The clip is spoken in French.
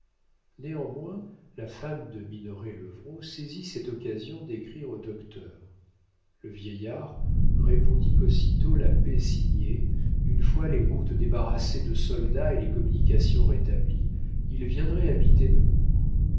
néanmoins la femme de minoret levrault saisit cette occasion d'écrire au docteur le vieillard répondit qu'aussitôt la paix signée une fois les routes débarrassées de soldats et les communications rétablies il viendrait habiter